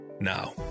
Now